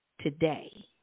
today